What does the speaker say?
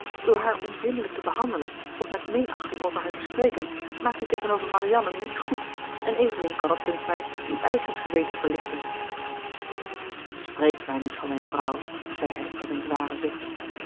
door haar onvriendelijk te behandelen of met minachting over haar te spreken maakt u tegenover marianne niets goed en evenmin kan het dunkt mij uw eigen geweten verlichten spreek mij niet van mijne vrouw zei hij met een zwaren zucht